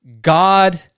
God